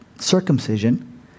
circumcision